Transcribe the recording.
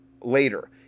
later